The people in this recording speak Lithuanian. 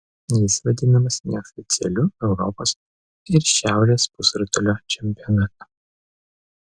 jis vadinamas neoficialiu europos ir šiaurės pusrutulio čempionatu